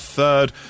Third